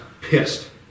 pissed